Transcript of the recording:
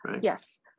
Yes